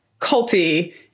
culty